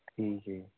ਠੀਕ ਹੈ ਜੀ